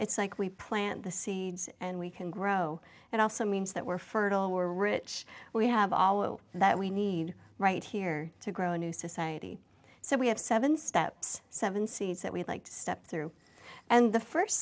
it's like we plant the seeds and we can grow and also means that we're fertile were rich we have all that we need right here to grow new society so we have seven steps seven seeds that we'd like to step through and the first